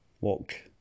walk